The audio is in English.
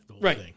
Right